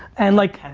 and like